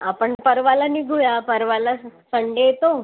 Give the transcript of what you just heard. आपण परवाला निघूया परवाला संडे येतो